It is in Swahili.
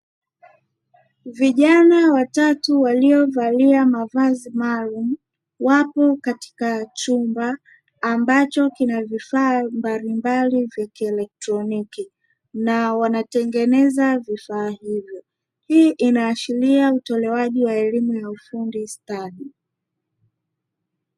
Vijana watatu waliovalia mavazi maalumu, wapo katika chumba ambacho kina vifaa mbalimbali vya kielektroniki, na wanatengeneza vifaa hivyo, hii inaashiria utolewaji wa elimu ya ufundi stadi.